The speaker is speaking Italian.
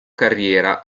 carriera